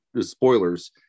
spoilers